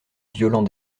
violent